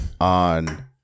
on